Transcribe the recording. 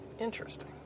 Interesting